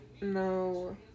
No